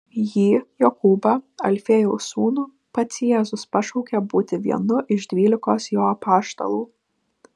jį jokūbą alfiejaus sūnų pats jėzus pašaukė būti vienu iš dvylikos jo apaštalų